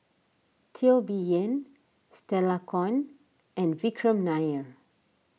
Teo Bee Yen Stella Kon and Vikram Nair